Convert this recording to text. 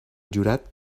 jurat